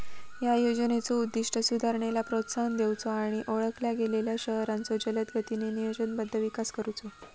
या योजनेचो उद्दिष्ट सुधारणेला प्रोत्साहन देऊचो आणि ओळखल्या गेलेल्यो शहरांचो जलदगतीने नियोजनबद्ध विकास करुचो